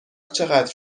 چقدر